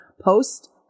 post